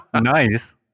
Nice